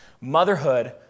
Motherhood